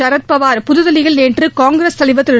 சரத்பவார் புதுதில்லியில் நேற்று காங்கிரஸ் தலைவர் திரு